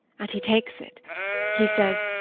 and he takes it he says,